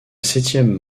septième